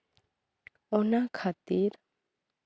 ᱚᱱᱟ ᱠᱷᱟᱹᱛᱤᱨ